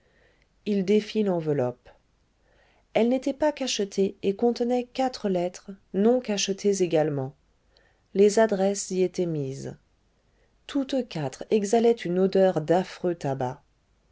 il défit l'enveloppe elle n'était pas cachetée et contenait quatre lettres non cachetées également les adresses y étaient mises toutes quatre exhalaient une odeur d'affreux tabac